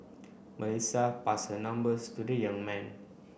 Melissa pass her numbers to the young man